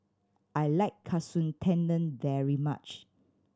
I like Katsu Tendon very much